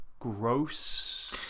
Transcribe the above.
gross